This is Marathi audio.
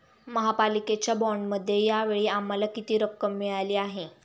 महापालिकेच्या बाँडमध्ये या वेळी आम्हाला किती रक्कम मिळाली आहे?